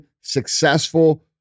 successful